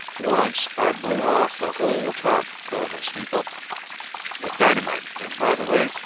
once i blew off the whole top of a steeple with dynamite and, by the way,